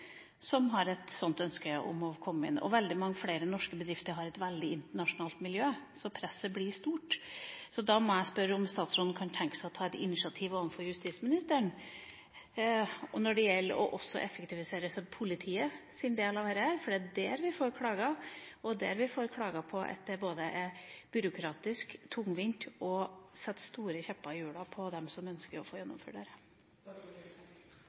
som har et ønske om å komme inn, og veldig mange flere norske bedrifter har et veldig internasjonalt miljø, så presset blir stort. Da må jeg spørre om statsråden kan tenke seg å ta et initiativ overfor justisministeren når det gjelder å effektivisere politiets del av dette, for det er der vi får klager. Vi får klager på at det både er byråkratisk, tungvint, og setter store kjepper i hjulene for dem som ønsker å få